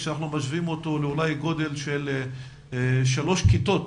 כשאנחנו משווים אותו אולי לגודל של שלוש כיתות